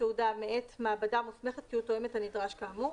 תעודה מאת מעבדה מוסמכת כי הוא תואם את הנדרש כאמור,